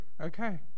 Okay